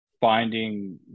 finding